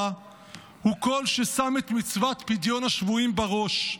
הוא קול ששם את מצוות פדיון השבויים בראש.